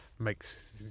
makes